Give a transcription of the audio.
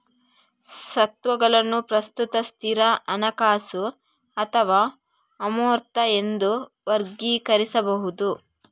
ಸ್ವತ್ತುಗಳನ್ನು ಪ್ರಸ್ತುತ, ಸ್ಥಿರ, ಹಣಕಾಸು ಅಥವಾ ಅಮೂರ್ತ ಎಂದು ವರ್ಗೀಕರಿಸಬಹುದು